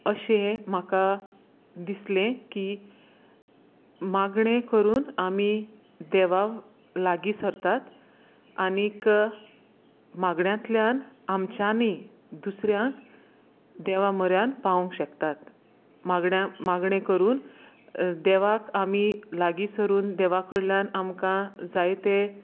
अशें म्हाका दिसलें की मागणें करून आमी देवा लागीं सरतात आनी मागण्यांतल्यान आमच्यांनी दुसऱ्यांक देवा म्हऱ्यान पावोवंक शेकतात मागण्या मागणें करून देवाक आमी लागीं सरून देवा कडल्यान आमकां जायते